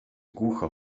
głucho